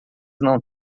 não